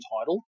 title